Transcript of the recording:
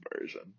version